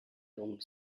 dong